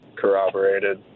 corroborated